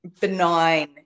benign